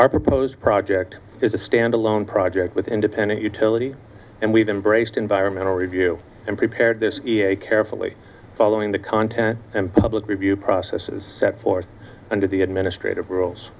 our proposed project is a standalone project with independent utility and we've embraced environmental review and prepared this carefully following the content and public review process is set forth under the administrative rules